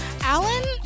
alan